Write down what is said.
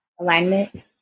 alignment